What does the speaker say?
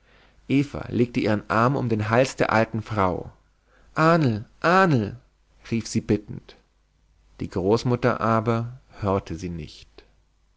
eva legte ihren arm um den hals der alten frau ahnl ahnl rief sie bittend die großmutter aber hörte sie nicht